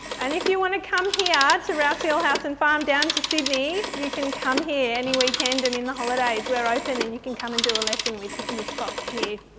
and if you want to come here to rouse hill house and farm down to sydney, you can come here any weekend and in the holidays, we're open and you can come and do a lesson with miss fox here